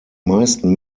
meisten